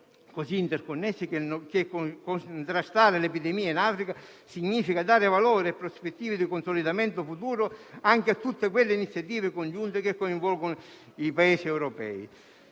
così interconnessi che contrastare l'epidemia in Africa significa dare valore e prospettive di consolidamento futuro anche a tutte quelle iniziative congiunte che coinvolgono i Paesi europei.